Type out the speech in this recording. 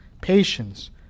patience